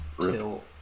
till